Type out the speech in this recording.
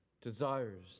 desires